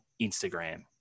Instagram